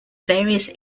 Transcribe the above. various